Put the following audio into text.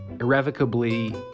irrevocably